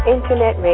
Internet